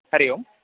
हरिः ओम्